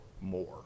more